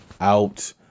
out